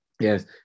Yes